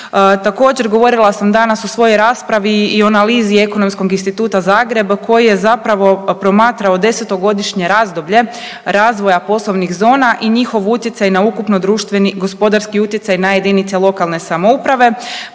Također govorila sam danas u svojoj raspravi i o analizi Ekonomskog instituta Zagreb koji je promatrao desetogodišnje razdoblje razvoja po slovnih zona i njihov utjecaj na ukupno društveni gospodarski utjecaj na jedinice lokalne samouprave,